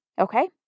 Okay